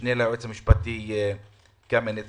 המשנה ליועץ המשפטי קמיניץ